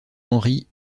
henry